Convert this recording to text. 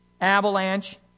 avalanche